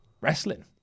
wrestling